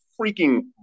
freaking